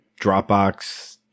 Dropbox